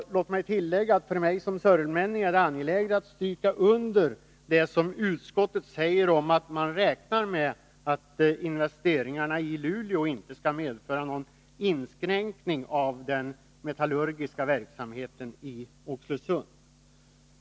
Låg mig tillägga att det för mig som sörmlänning är angeläget att understryka det som utskottet säger om att man räknar med att investeringarna i Luleå inte skall medföra någon inskränkning av den metallurgiska verksamheten i Oxelösund.